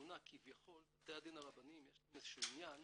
התמונה כביכול בתי הדין הרבניים יש להם איזה שהוא ענין